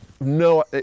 No